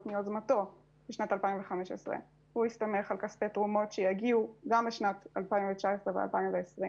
מיוזמתו בשנת 2015. הוא הסתמך על כספי תרומות שיגיעו גם בשנת 2019 ו-2020.